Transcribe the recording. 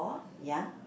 ya